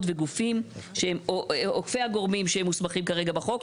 וגופים שהם עוקפי הגורמים שחוסמים כרגע בחוק.